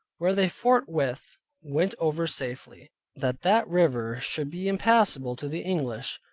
where they forthwith went over safely that that river should be impassable to the english.